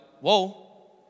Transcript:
whoa